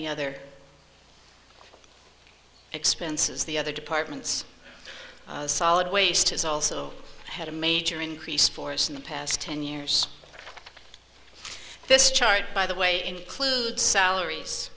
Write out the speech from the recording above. the other expenses the other departments solid waste has also had a major increase for us in the past ten years this chart by the way includes salaries